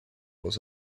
was